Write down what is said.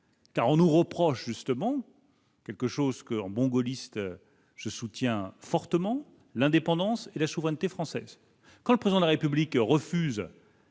car on nous reproche justement. Quelque chose, qu'en bon gaulliste je soutiens fortement l'indépendance et la souveraineté française, quand le président de la République refuse.